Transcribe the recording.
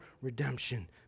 redemption